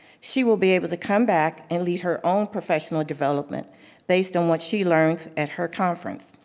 she will be able to come back and lead her own professional development based on what she learns at her conference.